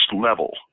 level